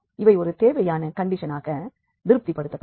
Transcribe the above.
இவை ஒரு தேவையான கண்டிஷனாக திருப்திபடுத்தப்படும்